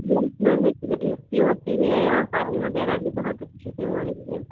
yes ma'am activities भी होती है और पढ़ाई वग़ैरह भी बहुत अच्छे से हो रही है